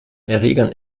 erregern